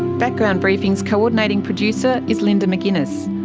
background briefing's co-ordinating producer is linda mcginness,